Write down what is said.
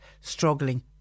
struggling